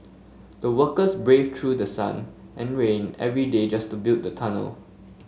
the workers braved through the sun and rain every day just to build the tunnel